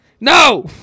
No